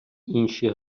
інші